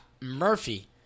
Murphy